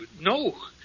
No